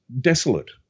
desolate